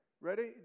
Ready